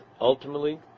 ultimately